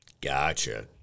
Gotcha